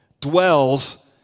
dwells